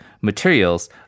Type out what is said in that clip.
materials